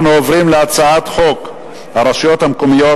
אנחנו עוברים להצעת חוק הרשויות המקומיות